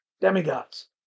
Demigods